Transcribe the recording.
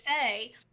say